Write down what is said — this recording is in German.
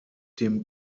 dem